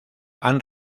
han